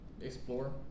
explore